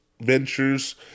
ventures